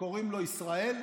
שקוראים לו ישראל,